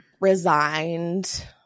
resigned